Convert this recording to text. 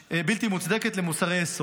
למוצרי יסוד.